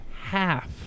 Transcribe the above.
half